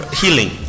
healing